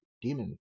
demon